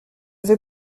vais